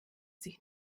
sich